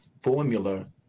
formula